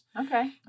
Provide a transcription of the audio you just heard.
Okay